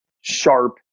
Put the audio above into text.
sharp